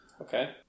Okay